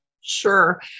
sure